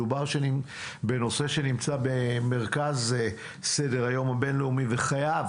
מדובר בנושא שנמצא במרכז סדר-היום הבין-לאומי והוא חייב,